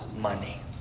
money